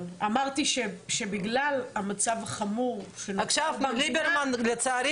אמרתי שבגלל המצב החמור --- עכשיו מר ליברמן לצערי